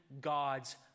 God's